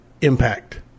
impact